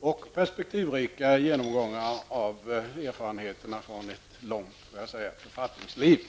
och perspektivrika genomgångar av erfarenheterna från ett långt ''författningsliv''.